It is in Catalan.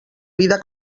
vida